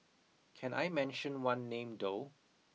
can I mention one name though